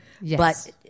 Yes